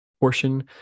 portion